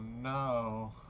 no